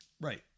Right